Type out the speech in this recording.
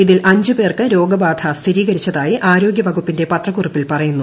ഇതിൽ അഞ്ചുപേർക്ക് രോഗബാധ സ്ഥിരീകരിച്ചതായി ആരോഗ്യവകുപ്പിന്റെ പത്രക്കുറിപ്പിൽ പറയുന്നു